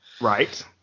Right